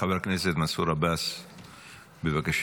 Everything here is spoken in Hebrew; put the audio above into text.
חבר הכנסת מנסור עבאס, בבקשה.